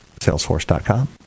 salesforce.com